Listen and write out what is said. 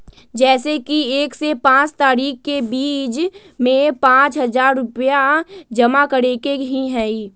जैसे कि एक से पाँच तारीक के बीज में पाँच हजार रुपया जमा करेके ही हैई?